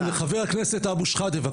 חבר הכנסת אבו שחאדה, בבקשה.